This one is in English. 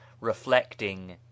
reflecting